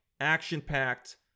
action-packed